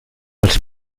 els